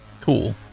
cool